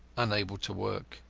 unable to work.